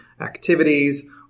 activities